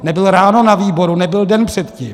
Nebyl ráno na výboru, nebyl den předtím.